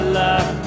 love